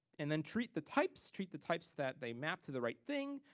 and then treat the types, treat the types that they map to the right thing,